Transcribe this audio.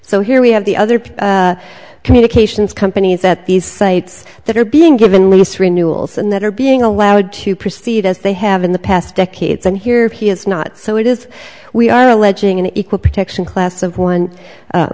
so here we have the other communications companies that these sites that are being given lease renewals and that are being allowed to proceed as they have in the past decades and here he is not so it is we are alleging an equal protection class of one